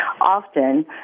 often